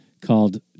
called